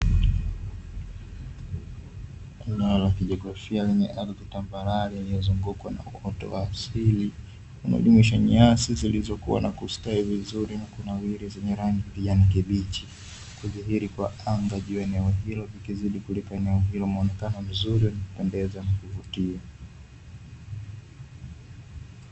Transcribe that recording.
Eneo la kijiografia lenye ardhi tambarare iliyozungukwa na uoto wa asili, unaojumuisha nyasi zilizokuwa na kustawi vizuri na kunawiri zenye rangi ya kijani kibichi; kudhihiri kwa anga juu ya eneo hilo vikizidi kulipa eneo hilo mwonekano mzuri wenye kupendeza na kuvutia.